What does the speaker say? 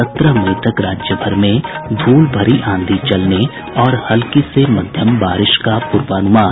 सत्रह मई तक राज्यभर में धूल भरी आंधी चलने और हल्की से मध्यम बारिश का पूर्वानुमान